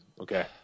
Okay